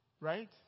Right